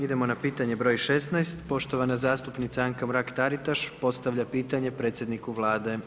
Idemo na pitanje broj 16, poštovana zastupnica Anka Mrak-Taritaš postavlja pitanje predsjedniku Vlade.